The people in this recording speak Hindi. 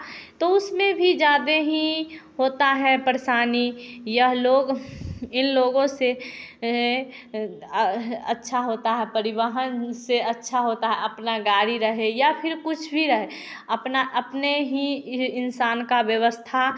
तो उसमें भी ज़्यादा ही होता है परेशानी या लोग इन लोगों से अच्छा होता है परिवहन से अच्छा होता है अपना गाड़ी रहे या फिर कुछ भी रहे अपना अपने ही इंसान का व्यवस्था